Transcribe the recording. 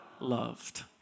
loved